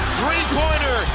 Three-pointer